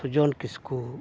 ᱯᱷᱩᱡᱚᱱ ᱠᱤᱥᱠᱩ